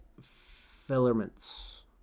filaments